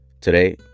Today